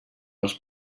els